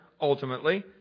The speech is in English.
ultimately